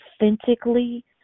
authentically